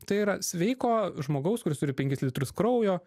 tai yra sveiko žmogaus kuris turi penkis litrus kraujo